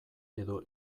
edo